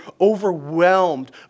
overwhelmed